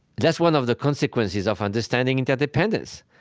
that's one of the consequences of understanding interdependence.